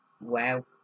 Wow